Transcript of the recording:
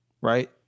right